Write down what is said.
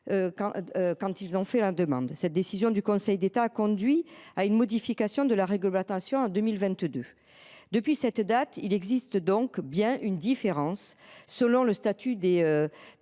quand ils ont fait leur demande. Cette décision du Conseil d’État a conduit à une modification de la réglementation en 2022. Depuis cette date, il existe donc bien une différence selon le statut des